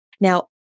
now